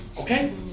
okay